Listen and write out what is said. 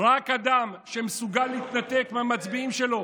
רק אדם שמסוגל להתנתק מהמצביעים שלו